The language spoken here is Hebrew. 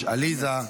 עליזה.